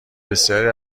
بسیاری